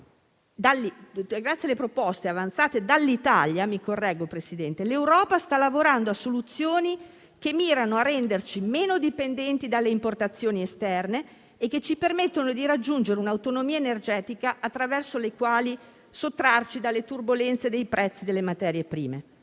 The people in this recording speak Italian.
grazie alle proposte avanzate dall'Italia l'Europa sta lavorando a soluzioni che mirano a renderci meno dipendenti dalle importazioni esterne e che ci permettono di raggiungere un'autonomia energetica attraverso la quale sottrarci dalle turbolenze dei prezzi delle materia prime.